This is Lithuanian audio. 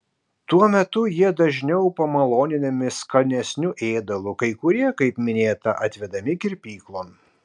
tuo metu jie dažniau pamaloninami skanesniu ėdalu kai kurie kaip minėta atvedami kirpyklon